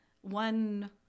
one